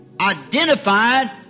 identified